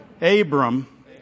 Abram